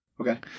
Okay